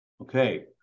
Okay